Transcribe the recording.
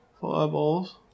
Fireballs